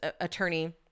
attorney